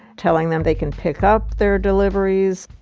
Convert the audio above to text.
telling them they can pick up their deliveries.